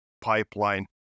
pipeline